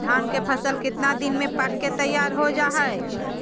धान के फसल कितना दिन में पक के तैयार हो जा हाय?